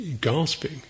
gasping